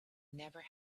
never